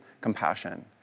compassion